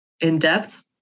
in-depth